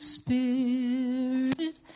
spirit